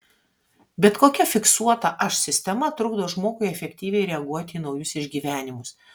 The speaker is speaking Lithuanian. bet kokia fiksuota aš sistema trukdo žmogui efektyviai reaguoti į naujus išgyvenimus